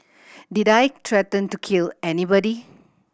did I threaten to kill anybody